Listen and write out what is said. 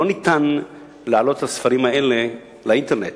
אי-אפשר להעלות את הספרים האלה לאינטרנט,